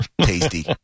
Tasty